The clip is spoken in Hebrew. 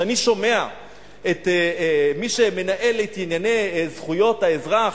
כשאני שומע את מי שמנהל את ענייני זכויות האזרח,